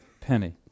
penny